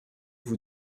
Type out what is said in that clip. vous